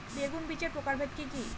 বেগুন বীজের প্রকারভেদ কি কী?